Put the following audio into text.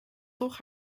toch